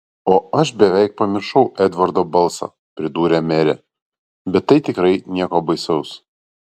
o aš beveik pamiršau edvardo balsą pridūrė merė bet tai tikrai nieko baisaus